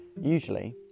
Usually